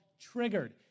Triggered